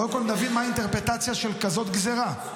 כול נבין מה האינטרפרטציה של כזאת גזרה: